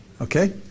Okay